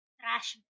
trash